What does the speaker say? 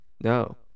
no